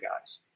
guys